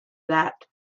that